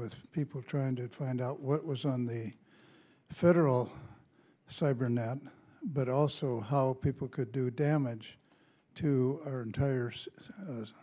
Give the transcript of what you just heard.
with people trying to find out what was on the federal cybernet but also how people could do damage to our entire